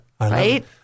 Right